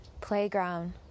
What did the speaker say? playground